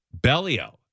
Bellio